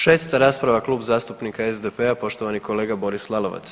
6 rasprava Klub zastupnika SDP-a, poštovani kolega Boris Lalovac.